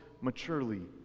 maturely